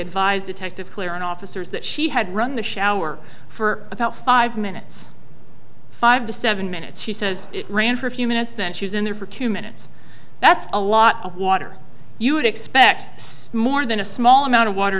advised detective clear on officers that she had run the shower for about five minutes five to seven minutes she says it ran for a few minutes then she was in there for two minutes that's a lot of water you would expect more than a small amount of water